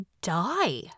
die